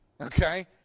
okay